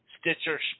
Stitcher